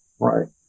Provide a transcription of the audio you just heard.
Right